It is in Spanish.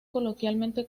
coloquialmente